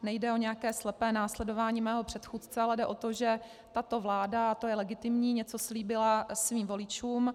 Nejde o nějaké slepé následování mého předchůdce, ale jde o to, že tato vláda, a to je legitimní, něco slíbila svým voličům.